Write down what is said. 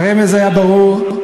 הרמז היה ברור.